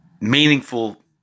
meaningful